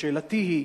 שאלתי היא,